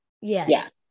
yes